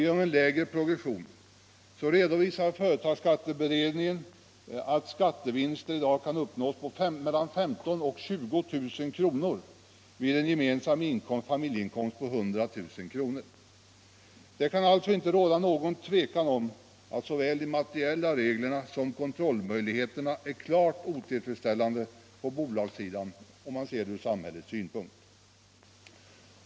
i dag kan uppnås vid en gemensam familjeinkomst på 100 000 kr. genom utnyttjande av förvärvsavdraget och flera grundavdrag vid en uppdelning samt genom en lägre progression. Det kan alltså inte råda något tvivel om att såväl de materiella reglerna som kontrollmöjligheterna är klart otillfredsställande på bolagssidan sett från samhället synpunkt.